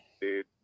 dude